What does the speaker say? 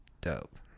dope